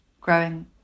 growing